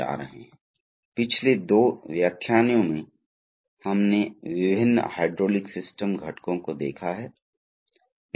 आज हम हाइड्रोलिक नियंत्रण प्रणालियों पर अपना पहली नज़र डालने जा रहे हैं और हम कुछ प्राथमिक बुनियादी अवधारणाओं की समीक्षा करेंगे और फिर हम पहले उन घटकों को देखेंगे जो हाइड्रोलिक नियंत्रण प्रणाली बनाते हैं